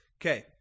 Okay